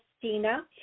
Christina